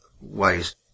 ways